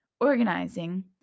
Organizing